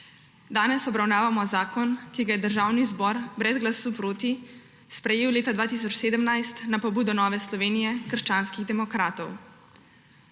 Danes obravnavamo zakon, ki ga je Državni zbor brez glasu proti sprejel leta 2017 na pobudo Nove Slovenije – krščanskih demokratov.